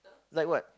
like what